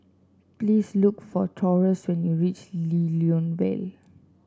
please look for Taurus when you reach Lew Lian Vale